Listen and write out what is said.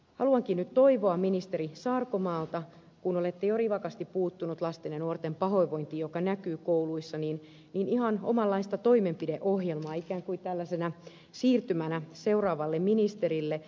haluankin nyt toivoa ministeri sarkomaalta kun olette jo rivakasti puuttunut lasten ja nuorten pahoinvointiin joka näkyy kouluissa ihan omanlaista toimenpideohjelmaa ikään kuin tällaisena siirtymänä seuraavalle ministerille